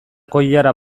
koilara